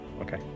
Okay